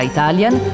Italian